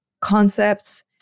concepts